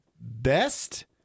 best